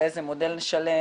באיזה מודל נשלם,